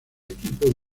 equipo